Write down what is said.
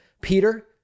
Peter